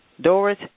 Doris